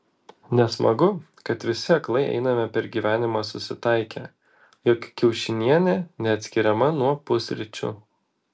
nesmagu kad visi aklai einame per gyvenimą susitaikę jog kiaušinienė neatskiriama nuo pusryčių